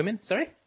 Sorry